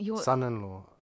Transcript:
son-in-law